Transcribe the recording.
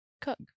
cook